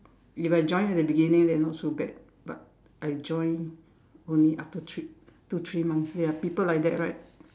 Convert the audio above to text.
if I join at the beginning then not so bad but I join only after three two three months there are people like that right